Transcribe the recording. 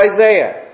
Isaiah